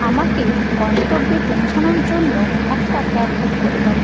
আমাকে গন্তব্যে পৌঁছানোর জন্য একটা ক্যাব বুক করে দাও